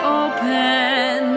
open